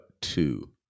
two